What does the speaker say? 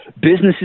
businesses